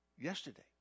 yesterday